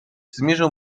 zmierzył